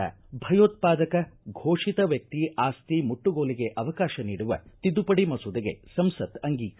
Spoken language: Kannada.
ಭಯೋತ್ಪಾದಕ ಘೋಷಿತ ವ್ಯಕ್ತಿ ಆಸ್ತಿ ಮುಟ್ಟುಗೋಲಿಗೆ ಅವಕಾಶ ನೀಡುವ ತಿದ್ದುಪಡಿ ಮಸೂದೆಗೆ ಸಂಸತ್ ಅಂಗೀಕಾರ